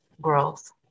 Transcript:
growth